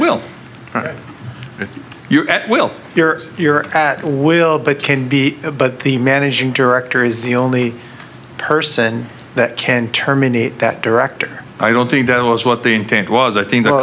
hit you at will your your at will but can be but the managing director is the only person that can terminate that director i don't think that was what the intent was i think th